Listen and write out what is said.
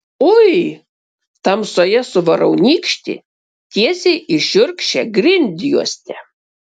ui tamsoje suvarau nykštį tiesiai į šiurkščią grindjuostę